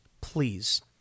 please